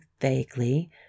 vaguely